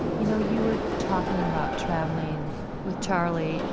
you know you were talking about traveling with charlie.